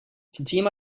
fatima